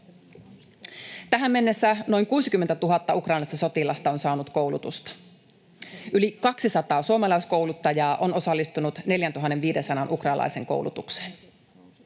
Tähän mennessä noin 60 000 ukrainalaista sotilasta on saanut koulutusta. Yli kaksisataa suomalaiskouluttajaa on osallistunut 4 500:n ukrainalaisen koulutukseen.